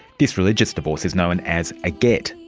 this religious divorce is known as a gett.